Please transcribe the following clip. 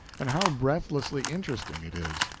and how breathlessly interesting it is!